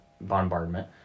bombardment